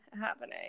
happening